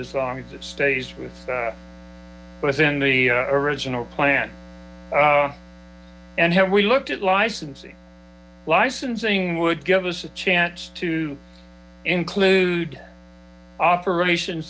as long as it stays with was in the original plan and have we looked at licensee licensing would give us a chance to include operation